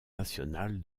nationale